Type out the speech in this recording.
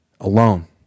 alone